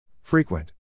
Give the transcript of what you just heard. Frequent